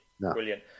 Brilliant